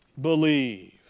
believe